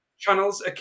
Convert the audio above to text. Channels